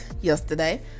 yesterday